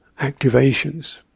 activations